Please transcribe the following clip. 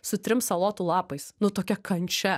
su trim salotų lapais nu tokia kančia